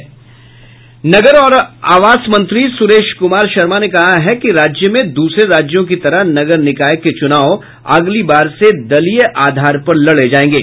नगर और आवास मंत्री सुरेश कुमार शर्मा ने कहा है कि राज्य में दूसरे राज्यों की तरह नगर निकाय के चुनाव अगली बार से दलीय आधार पर लड़े जायेंगे